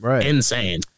insane